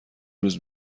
روز